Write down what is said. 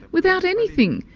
without anything.